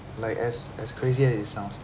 like as as crazy as it sounds